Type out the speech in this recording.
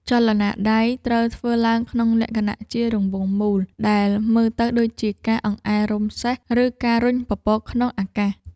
ចលនាដៃត្រូវធ្វើឡើងក្នុងលក្ខណៈជារង្វង់មូល ដែលមើលទៅដូចជាការ អង្អែលរោមសេះ ឬ ការរុញពពក ក្នុងអាកាស។